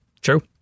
true